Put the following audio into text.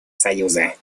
союза